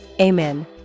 amen